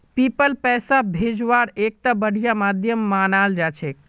PayPal पैसा भेजवार एकता बढ़िया माध्यम मानाल जा छेक